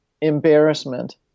embarrassment